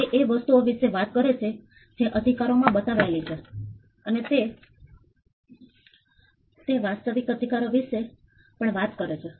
તે એ વસ્તુઓ વિશે વાત કરે છે જે અધિકારો માં બતાવેલી છે અને તે વાસ્તવિક અધિકારો વિશે પણ વાત કરે છે